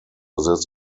this